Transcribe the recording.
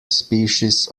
species